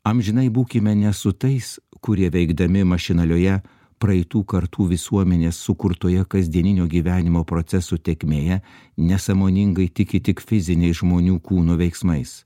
amžinai būkime ne su tais kurie veikdami mašinalioje praeitų kartų visuomenės sukurtoje kasdieninio gyvenimo procesų tėkmėje nesąmoningai tiki tik fiziniais žmonių kūno veiksmais